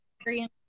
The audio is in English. experience